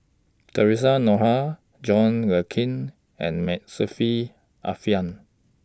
Theresa Noronha John Le Cain and May Saffri Are Manaf